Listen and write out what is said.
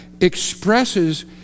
expresses